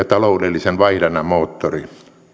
taloudellisen vaihdannan moottori